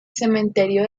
cementerio